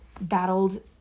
battled